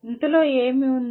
ఇందులో ఏమి ఉంది